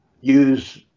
use